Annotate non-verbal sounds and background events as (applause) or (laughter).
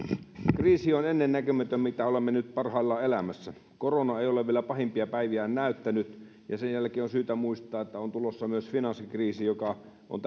kriisi mitä olemme nyt parhaillaan elämässä on ennennäkemätön korona ei ole vielä pahimpia päiviään näyttänyt ja sen jälkeen on syytä muistaa että on tulossa myös finanssikriisi joka on (unintelligible)